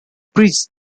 priests